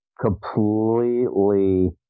completely